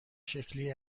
شکلی